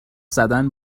زدن